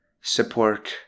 support